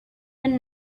been